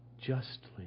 justly